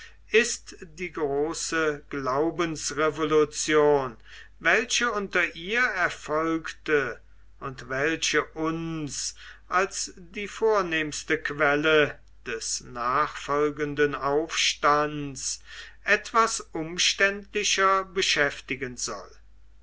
ist die große glaubensrevolution welche unter ihr erfolgte und welche uns als die vornehmste quelle des nachfolgenden aufstands etwas umständlicher beschäftigen soll